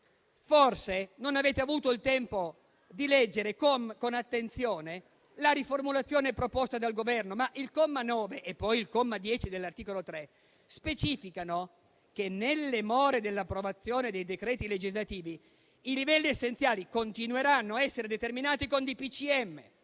Forse non avete avuto il tempo di leggere con attenzione la riformulazione proposta dal Governo, ma il comma 9 e poi il comma 10 dell'articolo 3 specificano che, nelle more dell'approvazione dei decreti legislativi, i livelli essenziali continueranno a essere determinati con DPCM